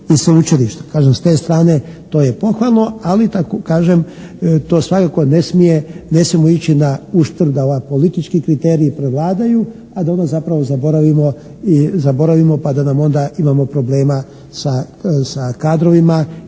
i sveučilišta. Kažem s te strane to je pohvalno, ali tako kažem to svakako ne smije, ne smijemo ići na uštrb da ovi politički kriteriji prevladaju a da onda zapravo zaboravimo pa da onda imamo problema sa kadrovima